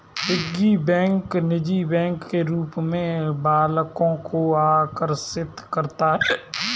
piggy bank निजी bank के रूप में बालकों को आकर्षित करता है